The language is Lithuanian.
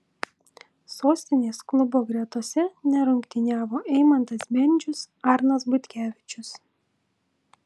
sostinės klubo gretose nerungtyniavo eimantas bendžius arnas butkevičius